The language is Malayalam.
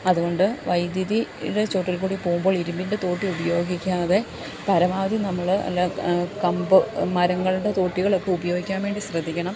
അത്കൊണ്ട് വൈദ്യുതിയുടെ ചോട്ടിൽ കൂടി പോകുമ്പോൾ ഇരുമ്പിൻ്റെ തോട്ടി ഉപയോഗിക്കാതെ പരമാവധി നമ്മൾ അല്ലേ കമ്പോ മരങ്ങളുടെ തോട്ടികളൊക്കെ ഉപയോഗിക്കാൻ വേണ്ടി ശ്രദ്ധിക്കണം